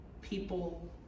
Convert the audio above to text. people